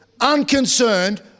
unconcerned